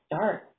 start